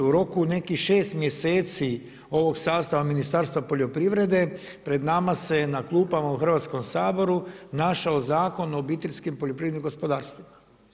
U roku nekih šest mjeseci ovog sastava Ministarstva poljoprivrede pred nama se na klupama u Hrvatskom saboru našao Zakon o obiteljskim poljoprivrednim gospodarstvima.